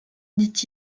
dit